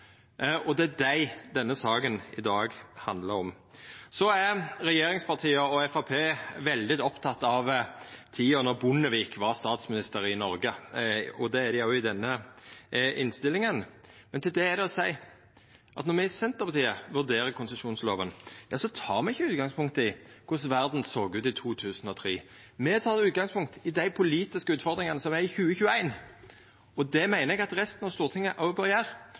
i dag handlar om. Regjeringspartia og Framstegspartiet er veldig opptekne av tida då Bondevik var statsminister i Noreg, og det er dei òg i denne innstillinga. Til det er det å seia at når me i Senterpartiet vurderer konsesjonsloven, tek me ikkje utgangspunkt i korleis verda såg ut i 2003. Me tek utgangspunkt i dei politiske utfordringane som er i 2021, og det meiner eg at resten av Stortinget òg bør gjera. Då bør ein stilla seg spørsmålet: Har det noko å